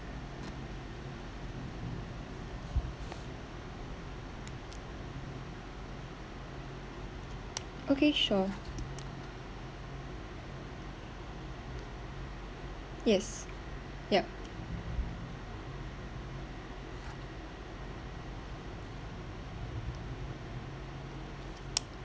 okay sure yes yup